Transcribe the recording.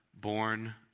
born